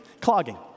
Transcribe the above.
Clogging